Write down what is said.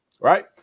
right